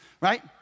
Right